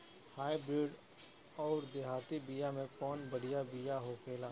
Hybrid अउर देहाती बिया मे कउन बढ़िया बिया होखेला?